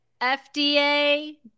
FDA